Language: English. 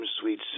sweet